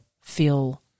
feel